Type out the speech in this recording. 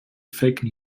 fake